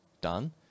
done